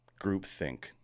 groupthink